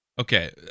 okay